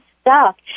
stuck